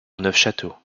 neufchâteau